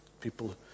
people